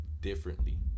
differently